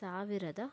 ಸಾವಿರದ